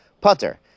Putter